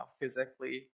physically